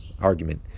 argument